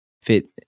fit